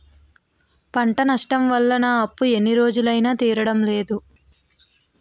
పంట నష్టం వల్ల నా అప్పు ఎన్ని రోజులైనా తీరడం లేదు